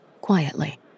quietly